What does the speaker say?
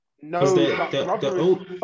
No